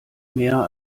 mehr